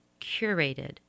curated